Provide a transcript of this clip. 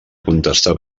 contestar